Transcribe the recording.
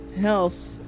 health